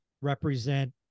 represent